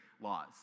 laws